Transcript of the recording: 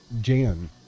Jan